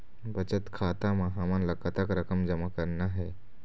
बचत खाता म हमन ला कतक रकम जमा करना हे?